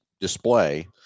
display